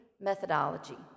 methodology